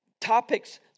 topics